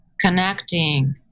connecting